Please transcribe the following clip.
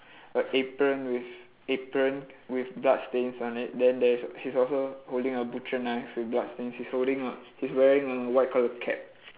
a apron with apron with bloodstains on it then there's he's also holding a butcher knife with bloodstains he's holding on he's wearing a white colour cap